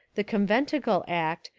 the conventicle act,